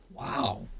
Wow